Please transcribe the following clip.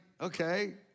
okay